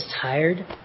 tired